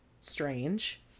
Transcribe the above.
strange